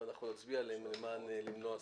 אבל נצביע עליהן כדי למנוע ספק.